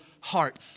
heart